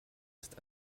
ist